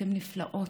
אתן נפלאות,